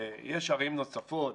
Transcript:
יש ערים נוספות